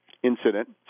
incident